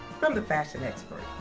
from the fashion expert.